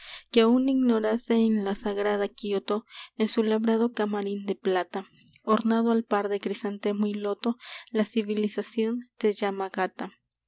que aún ignorase en la sagrada kioto en su labrado camarín de plata ornado al par de crisantemo y loto la civilización de